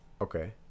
Okay